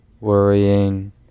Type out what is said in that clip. worrying